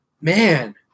Man